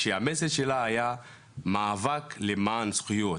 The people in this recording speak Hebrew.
שהמסר שלה היה מאבק למען זכויות.